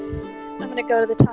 i'm gonna go to the time